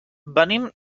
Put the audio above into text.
venim